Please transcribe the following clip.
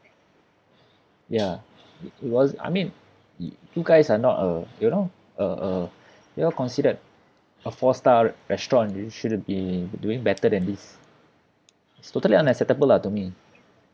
ya was I mean you you guys are not a you know a a you all considered a four star restaurant you shouldn't be doing better than this it's totally unacceptable lah to me